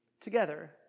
together